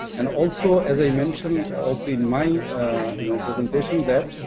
and also, as i mentioned also in my you know presentation there,